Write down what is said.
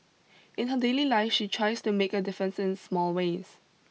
in her daily life she tries to make a difference in small ways